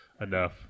enough